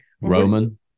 Roman